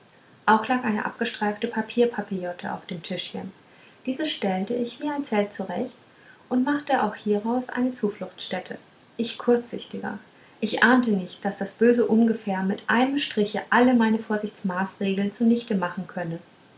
auch lag eine abgestreifte papierpapillote auf dem tischchen diese stellte ich wie ein zelt zurecht und machte auch hieraus eine zufluchtstätte ich kurzsichtiger ich ahnte nicht daß das böse ungefähr mit einem striche alle meine vorsichtsmaßregeln zunichte machen könne